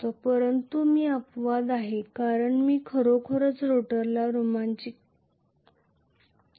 परंतु मी अपवाद आहे कारण मी खरोखरच अर्थात स्टीपर मोटर अपवाद आहे कारण मी रोटरला खरोखरच एकसाइट करत नाही